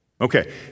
Okay